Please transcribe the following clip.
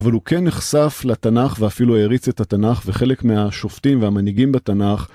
אבל הוא כן נחשף לתנ״ך ואפילו העריץ את התנ״ך, וחלק מהשופטים והמנהיגים בתנ״ך.